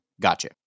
Gotcha